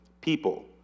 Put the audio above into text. people